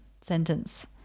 sentence